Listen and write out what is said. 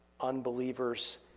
unbelievers